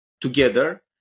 together